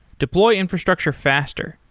deploy infrastructure faster.